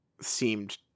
seemed